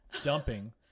dumping